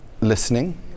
listening